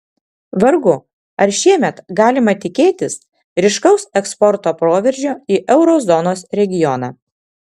vargu ar šiemet galima tikėtis ryškaus eksporto proveržio į euro zonos regioną